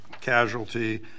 Casualty